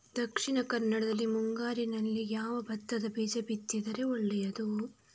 ದಕ್ಷಿಣ ಕನ್ನಡದಲ್ಲಿ ಮುಂಗಾರಿನಲ್ಲಿ ಯಾವ ಭತ್ತದ ಬೀಜ ಬಿತ್ತಿದರೆ ಒಳ್ಳೆಯದು?